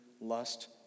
lust